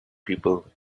people